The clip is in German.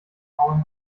faulen